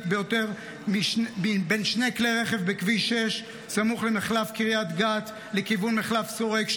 ביותר בין שני כלי רכב בכביש 6 סמוך למחלף קריית גת לכיוון מחלף שורק.